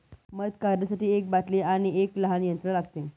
मध काढण्यासाठी एक बाटली आणि एक लहान यंत्र लागते